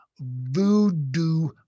voodoo